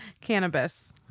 Cannabis